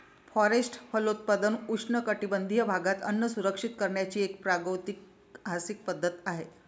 forest फलोत्पादन उष्णकटिबंधीय भागात अन्न सुरक्षित करण्याची एक प्रागैतिहासिक पद्धत आहे